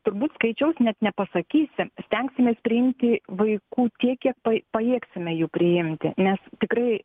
turbūt skaičiaus net nepasakysi stengsimės priimti vaikų tiek kie pajėgsime jų priimti nes tikrai